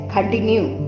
Continue